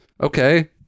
Okay